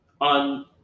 on